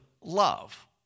love